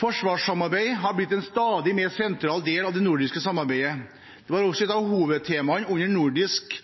Forsvarssamarbeid har blitt en stadig mer sentral del av det nordiske samarbeidet. Det var også et av hovedtemaene under Nordisk